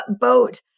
boat